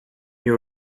you